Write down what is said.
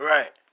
Right